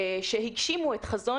שהגשימו את חזון,